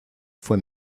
fue